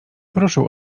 poruszył